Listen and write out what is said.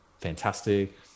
fantastic